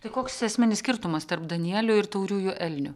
tai koks esminis skirtumas tarp danielių ir tauriųjų elnių